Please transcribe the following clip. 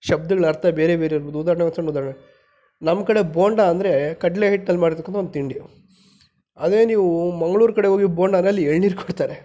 ಶಬ್ದಗಳ ಅರ್ಥ ಬೇರೆ ಬೇರೆ ಇರ್ಬಹುದು ಉದಾಹರಣೆಗೆ ಒಂದು ಸಣ್ಣ ಉದಾಹರಣೆ ನಮ್ಮ ಕಡೆ ಬೋಂಡ ಅಂದರೆ ಕಡಲೇ ಹಿಟ್ಟಲ್ಲಿ ಮಾಡಿರತಕ್ಕಂಥ ಒಂದು ತಿಂಡಿ ಅದೇ ನೀವು ಮಂಗಳೂರು ಕಡೆ ಹೋಗಿ ಬೋಂಡ ಅಂದರೆ ಅಲ್ಲಿ ಎಳ್ನೀರು ಕೊಡ್ತಾರೆ